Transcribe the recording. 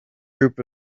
group